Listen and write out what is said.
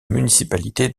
municipalité